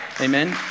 Amen